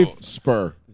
Spur